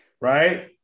right